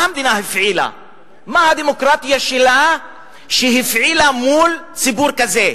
מה הדמוקרטיה הפעילה מול ציבור כזה?